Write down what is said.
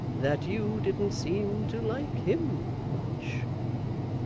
that you didn't seem to like him much